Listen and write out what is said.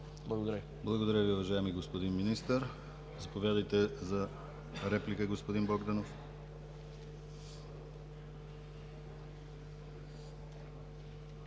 Благодаря Ви, уважаеми господин Министър. Заповядайте за реплика, господин Богданов.